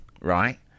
right